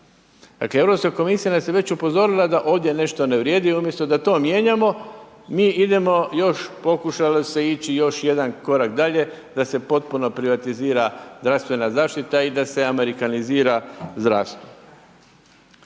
Dakle Europska komisija nas je već upozorila da ovdje nešto ne vrijedi, umjesto da to mijenjamo mi idemo još, pokušalo se ići još jedan korak dalje da se potpuno privatizira zdravstvena zaštita i da se amerikanizira zdravstvo.